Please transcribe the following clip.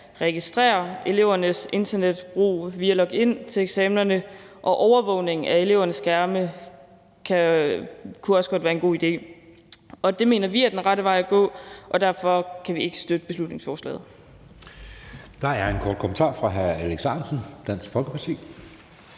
registrere elevernes internetbrug ved hjælp af login til eksamenerne, og overvågning af elevernes skærme kunne også godt være en god idé. Det mener vi er den rette vej at gå, og derfor kan vi ikke støtte beslutningsforslaget.